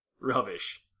Rubbish